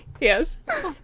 Yes